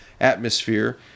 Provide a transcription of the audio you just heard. atmosphere